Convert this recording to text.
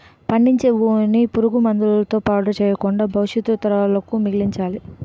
పండించే భూమిని పురుగు మందుల తో పాడు చెయ్యకుండా భవిష్యత్తు తరాలకు మిగల్చాలి